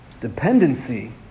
dependency